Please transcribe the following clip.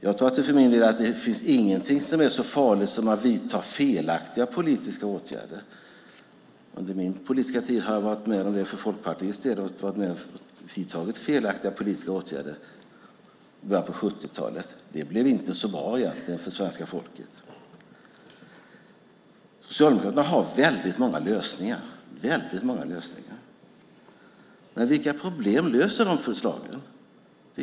Jag tror för min del att det inte finns någonting som är så farligt som att vidta felaktiga politiska åtgärder. Under min politiska tid har jag för Folkpartiets del varit med om att vidta felaktiga politiska åtgärder, i början på 70-talet. Det blev inte så bra för svenska folket. Socialdemokraterna har väldigt många lösningar, men vilka problem löser de förslagen?